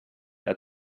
der